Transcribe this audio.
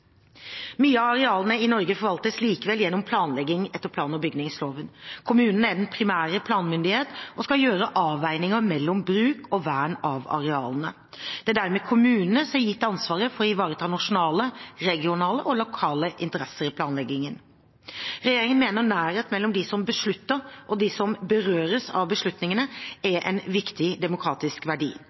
Mye av arealene i Norge forvaltes likevel gjennom planlegging etter plan- og bygningsloven. Kommunen er den primære planmyndigheten, og skal gjøre avveininger mellom bruk og vern av arealene. Det er dermed kommunene som er gitt ansvaret for å ivareta nasjonale, regionale og lokale interesser i planleggingen. Regjeringen mener nærhet mellom dem som beslutter, og dem som berøres av beslutningene, er en viktig demokratisk verdi.